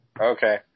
Okay